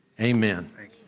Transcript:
Amen